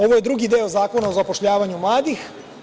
Ovo je drugi deo Zakona o zapošljavanju mladih.